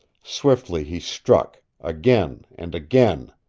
swiftly he struck, again and again,